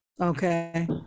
Okay